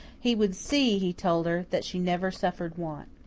he would see, he told her, that she never suffered want.